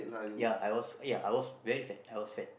ya I was ya I was very fat I was fat